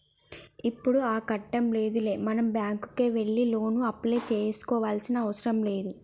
ఇప్పుడు ఆ కట్టం లేదులే మనం బ్యాంకుకే వెళ్లి లోను అప్లై చేసుకోవాల్సిన అవసరం లేదు